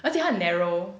而且它很 narrow